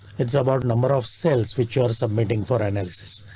it's about number of cells which are submitting for analysis.